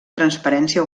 transparència